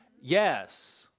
Yes